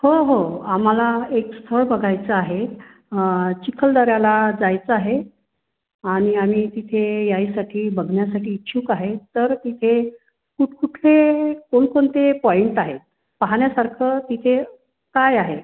हो हो आम्हाला एक स्थळ बघायचं आहे चिखलदऱ्याला जायचं आहे आणि आम्ही तिथे यायसाठी बघण्यासाठी इच्छुक आहे तर तिथे कुठकुठले कोणकोणते पॉईंट आहेत पाहण्यासारखं तिथे काय आहे